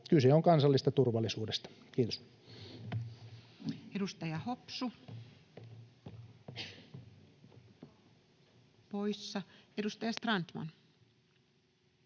Kyse on kansallisesta turvallisuudesta. — Kiitos.